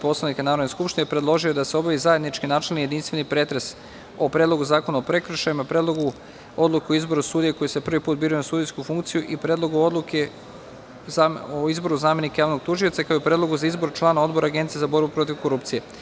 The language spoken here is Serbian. Poslovnika Narodne skupštine, predložio je da se obavi zajednički načelni i jedinstveni pretres o: Predlogu zakona o prekršajima, Predlogu odluke o izboru sudija koji se prvi put biraju na sudijsku funkciju, Predlogu odluke o izboru zamenika javnog tužioca, Predlogu za izbor člana Odbora Agencije za borbu protiv korupcije.